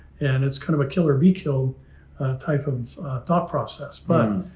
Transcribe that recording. and it's kind of a killer, be kill type of thought process. but,